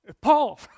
Paul